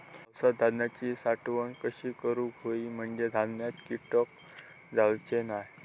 पावसात धान्यांची साठवण कशी करूक होई म्हंजे धान्यात कीटक जाउचे नाय?